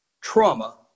trauma